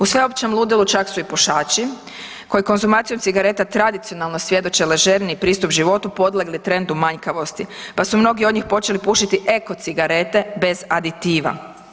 U sveopćem ludilu čak su i pušači koji konzumacijom cigareta, tradicionalno svjedoče ležerniji pristup životu podlegli trendu manjkavosti pa su mnogi od njih počeli pušiti eko cigarete bez aditiva.